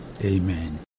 amen